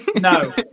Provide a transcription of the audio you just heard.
No